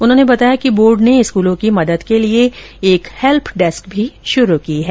उन्होंने बताया कि बोर्ड ने स्कूलों की मदद के लिए एक हैल्प डेस्क भी शुरू की है